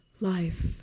life